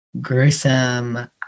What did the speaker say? gruesome